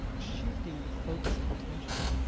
shifting the focus of attention,